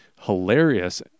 hilarious